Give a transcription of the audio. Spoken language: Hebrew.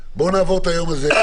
בואו נעבור את היום הזה,